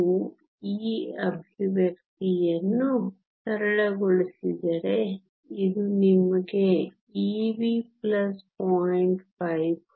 ನೀವು ಈ ಎಕ್ಸ್ಪ್ರೆಶನ್ ಅನ್ನು ಸರಳಗೊಳಿಸಿದರೆ ಇದು ನಿಮಗೆ Ev0